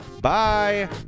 bye